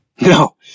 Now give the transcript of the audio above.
No